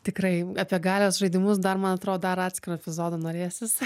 tikrai apie galios žaidimus dar man atrodo dar atskiro epizodo norėsis